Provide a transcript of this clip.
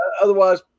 otherwise